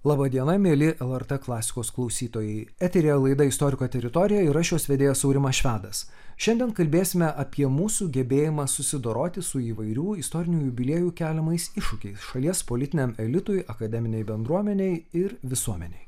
laba diena mieli lrt klasikos klausytojai eteryje laida istoriko teritorija ir aš jos vedėjas aurimas švedas šiandien kalbėsime apie mūsų gebėjimą susidoroti su įvairių istorinių jubiliejų keliamais iššūkiais šalies politiniam elitui akademinei bendruomenei ir visuomenei